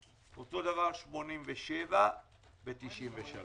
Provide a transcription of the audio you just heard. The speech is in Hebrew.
אותו דבר לגבי עמותות מספר 87 (העמותה לקידום